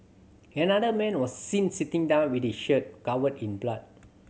another man was seen sitting down with his shirt covered in blood